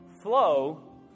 flow